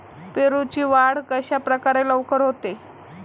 पेरूची वाढ कशाप्रकारे लवकर होते?